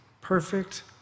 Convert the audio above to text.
perfect